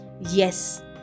Yes